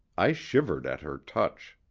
i shivered at her touch.